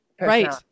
Right